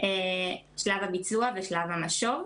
שלב הביצוע ושלב המשוב.